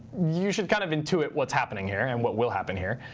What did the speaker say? you should kind of intuit what's happening here and what will happen here.